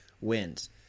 wins